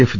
F